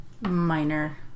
Minor